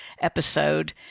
episode